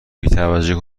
بیتوجهی